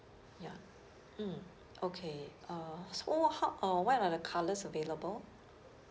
ya mm okay uh so how uh what are the colours available